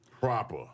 proper